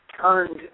turned